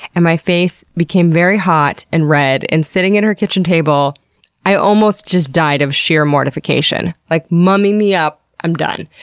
and my face became very hot and red and sitting at her kitchen table i almost just died of sheer mortification. like, mummy me up! i'm done!